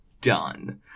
done